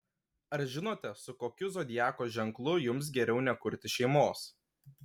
ar žinote su kokiu zodiako ženklu jums geriau nekurti šeimos